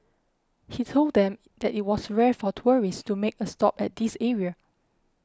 he told them that it was rare for tourists to make a stop at this area